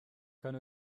kann